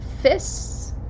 fists